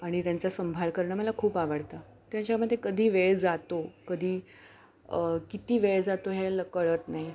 आणि त्यांचा संभाळ करणं मला खूप आवडतं त्याच्यामध्ये कधी वेळ जातो कधी किती वेळ जातो हे ल कळत नाही